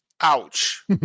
Ouch